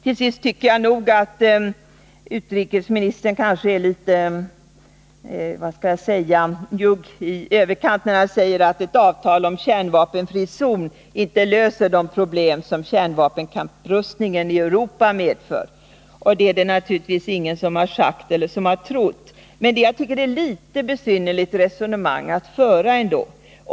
Till sist: Jag tycker nog att utrikesministern är njugg i överkant, när han säger att ett avtal om kärnvapenfri zon inte löser de problem som kärnvapenkapprustningen i Europa medför. Det är det naturligtvis ingen som har sagt eller trott. Men ändå är det ett besynnerligt resonemang att föra.